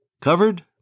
Covered